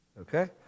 Okay